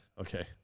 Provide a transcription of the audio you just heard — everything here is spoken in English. Okay